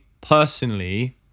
personally